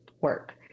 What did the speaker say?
work